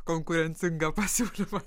konkurencingą pasiūlymą